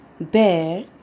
bear